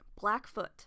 Blackfoot